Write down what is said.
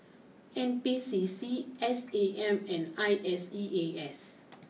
N P C C S A M and I S E A S